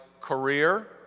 career